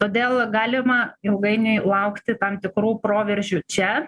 todėl galima ilgainiui laukti tam tikrų proveržių čia